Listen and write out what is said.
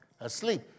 asleep